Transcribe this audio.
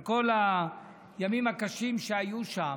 על כל הימים הקשים שהיו שם,